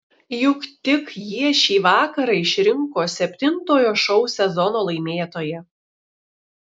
juk tik jie šį vakarą išrinko septintojo šou sezono laimėtoją